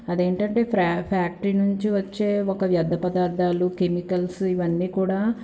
అదేంటంటే ఫ్యా ఫ్యాక్టరీ నుంచి వచ్చే ఒక వ్యర్థ పదార్థాలు కెమికల్స్ ఇవన్నీ కూడా